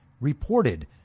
reported